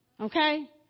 okay